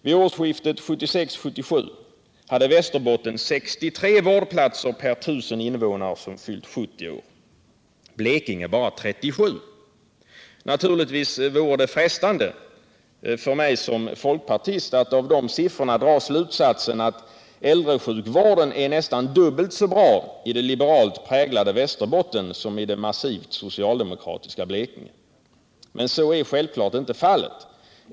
Vid årsskiftet 1976-1977 hade Västerbotten 63 vårdplatser per I 000 invånare som fyllt 70 år. Blekinge hade bara 37. Naturligtvis vore det frestande för mig som folkpartist att av de siffrorna dra slutsatsen att äldresjukvården är nästan dubbelt så bra i det liberalt präglade Västerbotten som i det massivt socialdemokratiska Blekinge. Men så är självklart inte fallet.